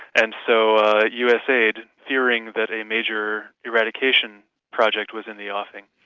and so ah us aid, fearing that a major eradication project was in the offing,